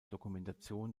dokumentation